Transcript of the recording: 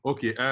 Okay